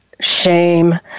shame